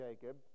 Jacob